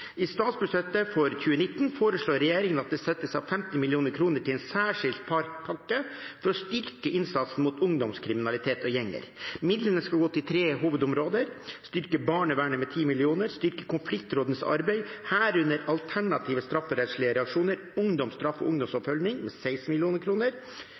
I statsbudsjettet for 2019 foreslår regjeringen at det settes av 50 mill. kr til en særskilt pakke for å styrke innsatsen mot ungdomskriminalitet og gjenger. Midlene skal gå til tre hovedområder: styrke barnevernet med 10 mill. kr styrke konfliktrådenes arbeid, herunder alternative strafferettslige reaksjoner, ungdomsstraff og